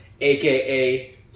AKA